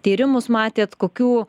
tyrimus matėt kokių